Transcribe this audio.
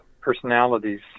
personalities